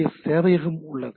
ஏ சேவையகம் உள்ளது